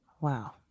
Wow